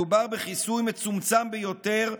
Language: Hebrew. מדובר בכיסוי מצומצם ביותר,